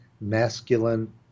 masculine